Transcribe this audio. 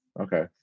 okay